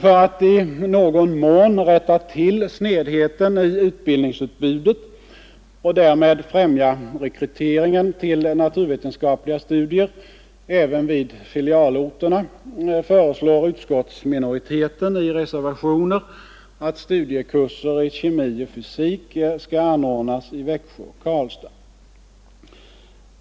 För att i någon mån rätta till snedheten i utbildningsutbudet och därmed främja rekryteringen till naturvetenskapliga studier även på filialorterna föreslår utskottsminoriteten i reservationer att studiekurser i kemi och fysik skall anordnas i Växjö och Karlstad.